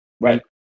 Right